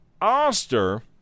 oster